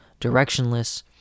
directionless